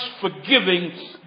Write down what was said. forgiving